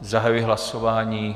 Zahajuji hlasování.